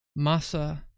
Masa